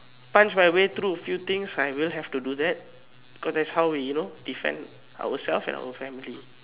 punch my way through a few things I will have to do that because that's how we you know defend ourself and our family